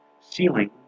ceiling